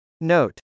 Note